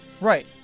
Right